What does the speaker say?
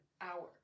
hour